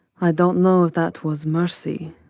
i don't know if that was mercy,